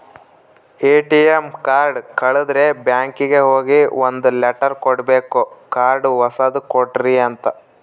ATM card ಕಳುದ್ರೆ ಬ್ಯಾಂಕಿಗೆ ಹೋಗಿ ಒಂದ್ ಲೆಟರ್ ಕೊಡ್ಬೇಕು ಕಾರ್ಡ್ ಹೊಸದ ಕೊಡ್ರಿ ಅಂತ